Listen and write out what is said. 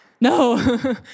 no